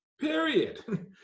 Period